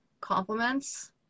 compliments